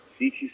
CTC